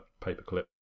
paperclip